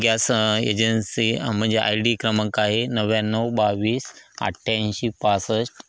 gas agency म्हणजे I D क्रमांक आहे नव्याण्णव बावीस अठ्ठ्याऐंशी पाासष्ट